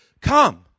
come